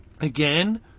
Again